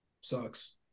Sucks